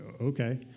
okay